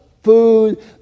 food